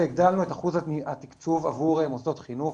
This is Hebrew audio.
הגדלנו את אחוז התקצוב עבור מוסדות חינוך